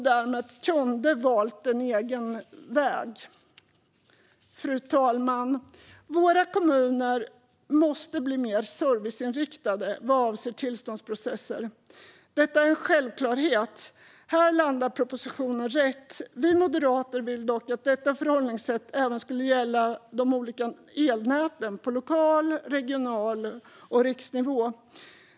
Därmed kunde vi ha valt en egen väg. Fru talman! Våra kommuner måste bli mer serviceinriktade vad avser tillståndsprocesser. Detta är en självklarhet. Här landar propositionen rätt. Vi moderater vill dock att detta förhållningssätt även ska gälla de olika elnäten, på lokal nivå, regional nivå och riksnivå.